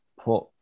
put